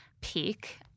peak